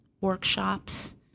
workshops